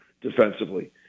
defensively